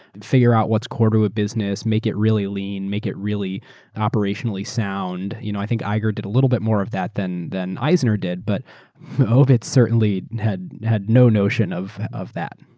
figure out whataeurs core to a business, make it really lean, make it really operationally sound. you know i think iger did a little bit more of that than than eisner did, but ovitz certainly and had had no notion of of that.